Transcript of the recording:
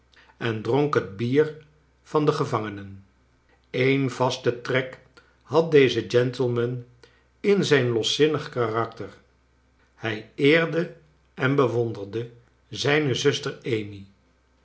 en dronk het bier van de gevangenen een vaste trek had deze gentleman in zijn loszinnig karakter hij eerde en bewonderde zijne zuster amy